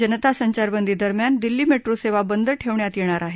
जनता संचारबंदी दरम्यान दिल्ली मेट्रोसेवा बंद ठेवण्यात येणार आहे